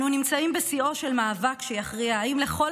אנו נמצאים בשיאו של מאבק שיכריע אם לכל